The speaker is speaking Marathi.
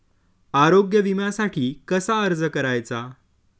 आरोग्य विम्यासाठी कसा अर्ज करायचा?